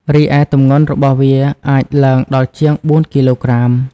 រីឯទម្ងន់របស់វាអាចឡើងដល់ជាង ៤ គីឡូក្រាម។